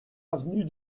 avenue